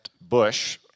Bush